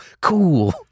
cool